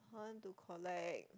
I want to collect